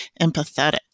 empathetic